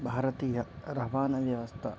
భారతీయ రవాణా వ్యవస్థ